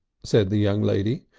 said the young lady,